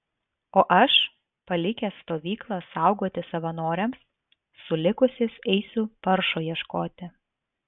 o aš palikęs stovyklą saugoti savanoriams su likusiais eisiu paršo ieškoti